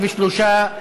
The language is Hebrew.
23,